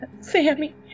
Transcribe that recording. Sammy